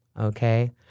okay